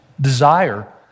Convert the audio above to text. desire